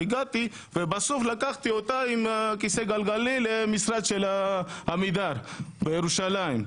הגעתי ובסוף לקחתי אותה עם הכיסא גלגלים למשרד של עמידר בירושלים.